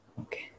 okay